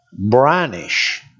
brinish